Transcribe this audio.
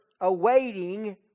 awaiting